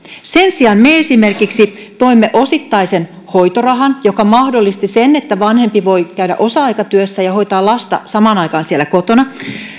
sen sijaan me esimerkiksi toimme osittaisen hoitorahan joka mahdollisti sen että vanhempi voi käydä osa aikatyössä ja hoitaa lasta samaan aikaan siellä kotona